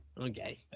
okay